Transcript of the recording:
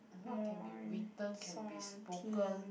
what can be written can be spoken